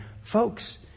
Folks